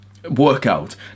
Workout